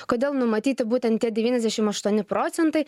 kodėl numatyti būtent tie devyniasdešim aštuoni procentai